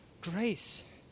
grace